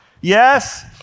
Yes